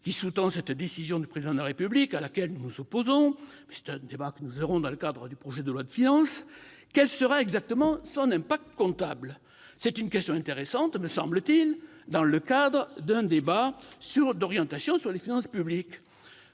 qui sous-tend cette décision du Président de la République, à laquelle nous nous opposons- c'est un débat que nous aurons lors de l'examen du projet de loi de finances -, quel en sera exactement l'impact comptable ? C'est une question intéressante à soulever, me semble-t-il, dans le cadre d'un débat sur l'orientation des finances publiques.